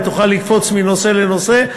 ולא תוכל לקפוץ מנושא לנושא,